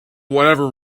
whatever